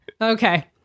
Okay